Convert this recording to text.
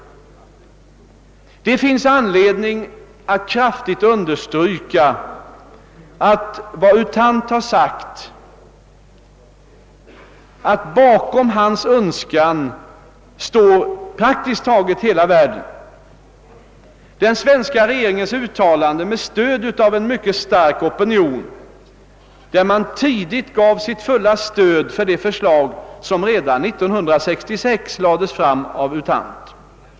Det finns anledning att kraftigt understryka vad U Thant sagt och visa att bakom hans önskan står praktiskt taget hela världen. Den svenska regeringen uttalade, med stöd av en mycket stark opinion, tidigt sitt fulla stöd för de förslag som redan 1966 lades fram av U Thant.